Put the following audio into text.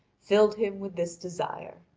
filled him with this desire.